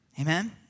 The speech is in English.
Amen